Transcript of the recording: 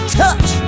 touch